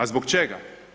A zbog čega?